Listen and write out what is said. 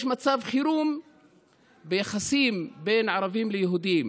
יש מצב חירום ביחסים בין ערבים ליהודים.